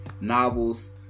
novels